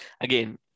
Again